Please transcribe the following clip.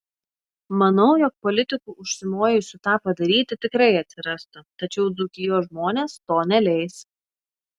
manau jog politikų užsimojusių tą padaryti tikrai atsirastų tačiau dzūkijos žmonės to neleis